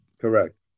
Correct